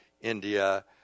India